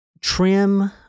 trim